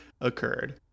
occurred